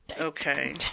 Okay